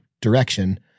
direction